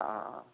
ആ ആ